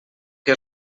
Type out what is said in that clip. que